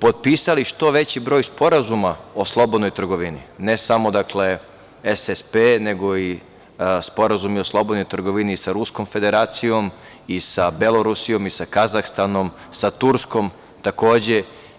potpisali što veći broj sporazuma o slobodnoj trgovini, ne samo SSP, nego i sporazumi o slobodnoj trgovini sa Ruskom Federacijom i sa Belorusijom i sa Kazahstanom, sa Turskom takođe.